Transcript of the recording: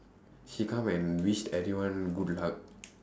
she come and wish everyone good luck